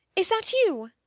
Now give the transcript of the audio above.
is that you?